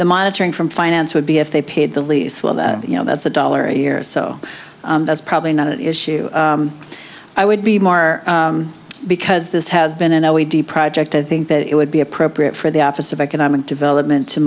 the monitoring from finance would be if they paid the lease well that you know that's a dollar a year so that's probably not an issue i would be more because this has been an id project i think that it would be appropriate for the office of economic development to